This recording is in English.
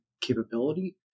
capability